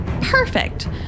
Perfect